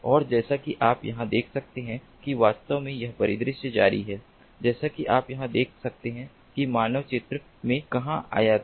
और जैसा कि आप यहां देख सकते हैं कि वास्तव में यह परिदृश्य जारी है जैसा कि आप यहाँ देख सकते हैं कि मानव चित्र में कहाँ आया था